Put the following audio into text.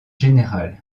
général